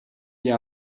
ihr